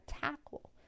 tackle